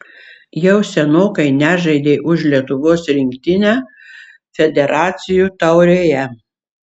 jau senokai nežaidei už lietuvos rinktinę federacijų taurėje